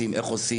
איך עושים,